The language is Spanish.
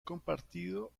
compartido